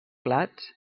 plats